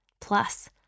Plus